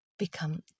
become